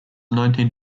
nineteen